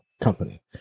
company